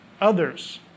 others